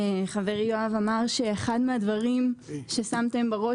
חברי יואב שגיא אמר שאחד מן הדברים ששמתם בראש